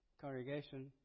congregation